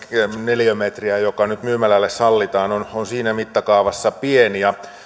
neliömetriä joka nyt myymälälle sallitaan on on siinä mittakaavassa pieni